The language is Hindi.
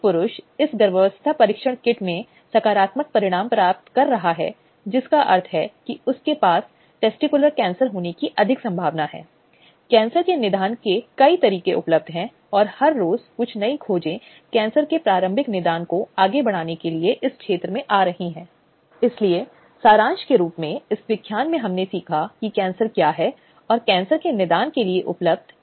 यह मामूली से लेकर बड़े उपायों तक हो सकता है लेकिन जो महत्वपूर्ण है वह कानून विशेष रूप से है अधिनियम विशेष रूप से महिलाओं को मुआवजे के भुगतान की बात करता है इसलिए वह मानसिक आघात भावनात्मक संकट कैरियर के अवसर की हानि चिकित्सा या अन्य खर्चों के साथ मुआवजे की सहायता कर सकती है इसलिए यह इस तरह से है पीड़ित को आंतरिक शिकायत समिति से संपर्क करना होगा